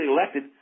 elected